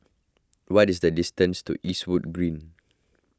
what is the distance to Eastwood Green